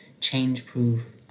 change-proof